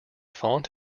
font